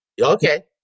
Okay